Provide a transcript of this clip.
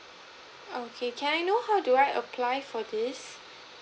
okay can I know how do I apply for this